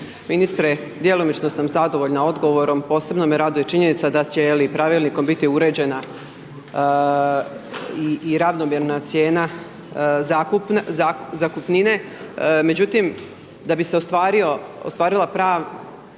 ministre djelomično sam zadovoljna odgovorom, posebno me radiju činjenice da će je l9 pravilnikom biti uređena i ravnomjerna cijena zakupnine, međutim, da bi se ostvarila svrha